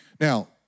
Now